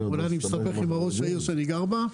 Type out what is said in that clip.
ואולי אני מסתבך עם ראש העיר שאני גר בה.